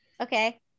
okay